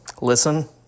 listen